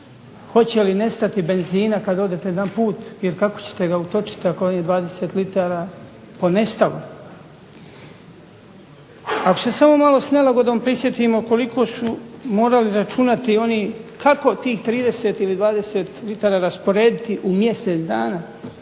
hoće li nestati benzina kad odete na put jer kako ćete ga utočiti ako vam je 20 litara ponestalo. Ako se samo malo s nelagodom prisjetimo koliko su morali računati oni kako tih 30 ili 20 litara rasporediti u mjesec dana